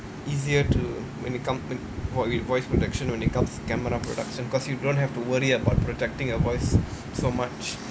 easier to when it comes voice projection when it comes to camera production because you don't have to worry about projecting your voice so much